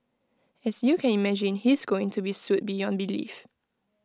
as you can imagine he's going to be sued beyond belief